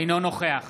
אינו נוכח